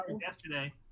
yesterday